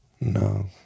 No